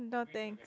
no thanks